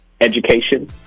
education